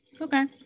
Okay